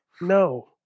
No